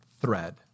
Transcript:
thread